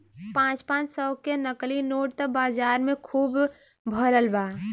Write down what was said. पाँच पाँच सौ के नकली नोट त बाजार में खुब भरल बा